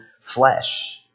flesh